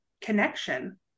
connection